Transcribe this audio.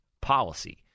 policy